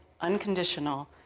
unconditional